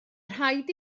rhaid